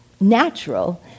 natural